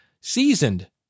seasoned